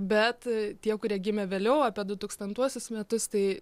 bet tie kurie gimė vėliau apie du tūkstantuosius metus tai